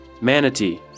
Manatee